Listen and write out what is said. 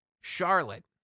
Charlotte